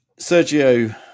Sergio